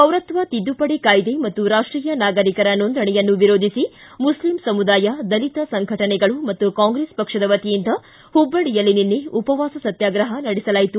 ಪೌರತ್ವ ತಿದ್ದುಪಡಿ ಕಾಯ್ದೆ ಮತ್ತು ರಾಷ್ಟೀಯ ನಾಗರಿಕರ ನೋಂದಣಿಯನ್ನು ವಿರೋಧಿಸಿ ಮುಸ್ಲಿಂ ಸಮುದಾಯ ದಲಿತ ಸಂಘಟನೆಗಳು ಮತ್ತು ಕಾಂಗ್ರೆಸ್ ಪಕ್ಷದ ವತಿಯಿಂದ ಹುಬ್ಬಳ್ಳಿಯಲ್ಲಿ ನಿನ್ನೆ ಉಪವಾಸ ಸತ್ಯಾಗ್ರಹ ನಡೆಸಲಾಯಿತು